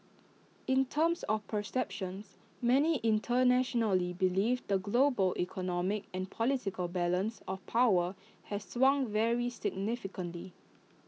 in terms of perceptions many internationally believe the global economic and political balance of power has swung very significantly